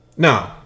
No